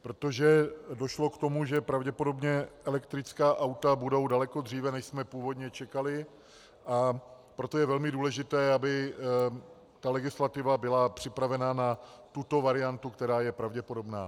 Protože došlo k tomu, že pravděpodobně elektrická auta budou daleko dříve, než jsme původně čekali, proto je velmi důležité, aby legislativa byla připravena na tuto variantu, která je pravděpodobná.